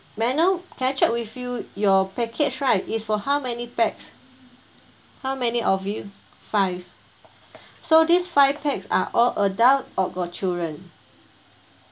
may I know can I check with you your package right is for how many pax how many of you five so this five pax are all adult or got children